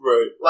Right